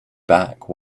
back